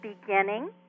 beginning